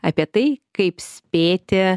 apie tai kaip spėti